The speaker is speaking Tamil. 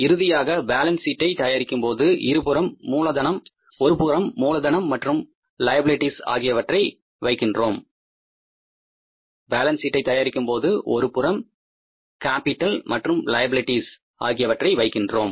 இறுதியாக பேலன்ஸ் ஷீட்டை தயாரிக்கும்போது ஒருபுறம் கேபிடல் மற்றும் லைபிலிட்டிஸ் ஆகியவற்றை வைக்கிறோம்